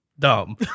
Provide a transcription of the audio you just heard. Dumb